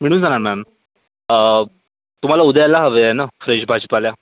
मिळून जाणार मॅम तुम्हाला उद्याला हवे आहे ना फ्रेश भाजीपाला